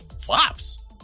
flops